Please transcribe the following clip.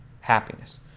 Happiness